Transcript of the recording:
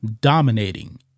dominating